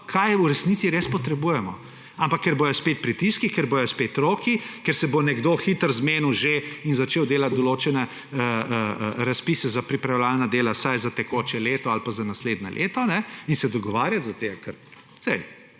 kaj v resnici sploh res potrebujemo. Ampak ker bodo spet pritiski, ker bodo spet roki, ker se bo nekdo hitro zmenil in začel delati določene razpise za pripravljalna dela vsaj za tekoče leto ali za naslednje leto in se dogovarjati, saj